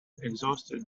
exhausted